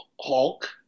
Hulk